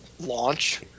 launch